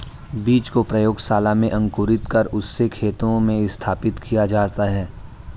बीज को प्रयोगशाला में अंकुरित कर उससे खेतों में स्थापित किया जाता है